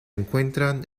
encuentran